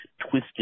twisted